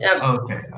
Okay